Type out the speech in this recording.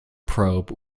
probe